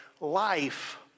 life